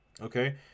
okay